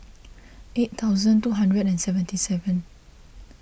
eight thousand two hundred and seventy seven